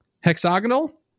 Hexagonal